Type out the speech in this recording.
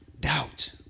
doubt